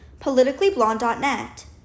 politicallyblonde.net